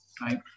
right